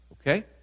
okay